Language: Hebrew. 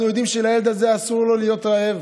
אנחנו יודעים שלילד הזה אסור להיות רעב,